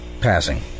passing